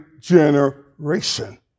generation